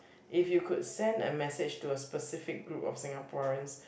if you could send a message to a specific group of Singaporeans